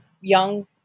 young